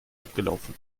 abgelaufen